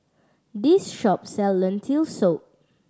this shop sell Lentil Soup